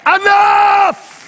Enough